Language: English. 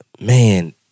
man